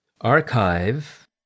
archive